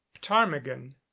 ptarmigan